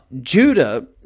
Judah